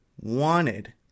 wanted